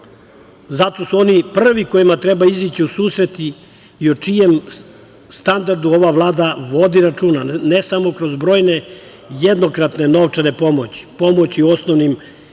su oni i prvi kojima treba izaći u susret i o čijem standardu ova Vlada vodi računa, ne samo kroz brojne jednokratne novčane pomoći, već pomoći osnovnim životnim